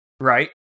Right